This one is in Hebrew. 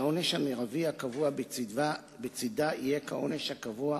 שהעונש המרבי הקבוע בצדה יהיה כעונש הקבוע